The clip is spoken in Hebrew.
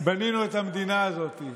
בנינו את המדינה הזאת.